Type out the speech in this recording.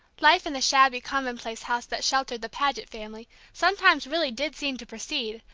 life in the shabby, commonplace house that sheltered the paget family sometimes really did seem to proceed,